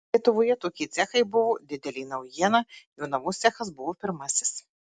lietuvoje tokie cechai buvo didelė naujiena jonavos cechas buvo pirmasis